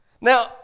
Now